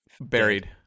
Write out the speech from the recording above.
Buried